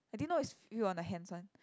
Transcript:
I didn't know it's feel on the hands one